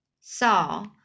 saw